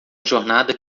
jornada